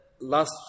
last